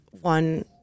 one